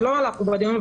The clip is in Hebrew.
שלא עלה פה בדיון,